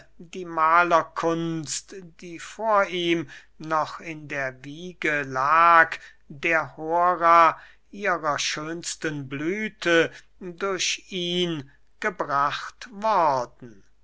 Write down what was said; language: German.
die mahlerkunst die vor ihm noch in der wiege lag der hora ihrer schönsten blüthe durch ihn gebracht worden